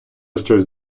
щось